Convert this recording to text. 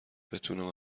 بتونم